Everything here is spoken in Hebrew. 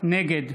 נגד